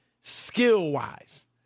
skill-wise